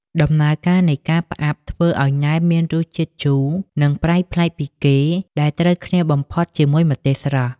ដំណើរការនៃការផ្អាប់ធ្វើឱ្យណែមមានរសជាតិជូរ និងប្រៃប្លែកពីគេ ដែលត្រូវគ្នាបំផុតជាមួយម្ទេសស្រស់។